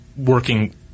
working